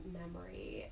memory